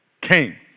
came